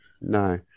No